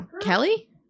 Kelly